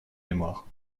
mémoire